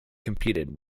competed